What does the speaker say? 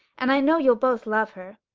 and i know you'll both love her.